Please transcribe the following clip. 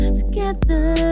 together